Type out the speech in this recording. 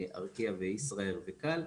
ארקיע, ישראייר ו-ק.א.ל,